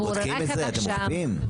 האם אתם בודקים ואוכפים את זה?